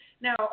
Now